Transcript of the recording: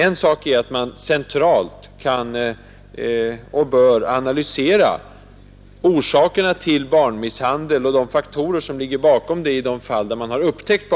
En sak är att man kan och bör analysera orsakerna till barnmisshandel och de faktorer som ligger bakom denna, i de fall där sådan har upptäckts.